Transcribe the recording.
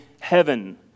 heaven